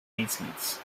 reasons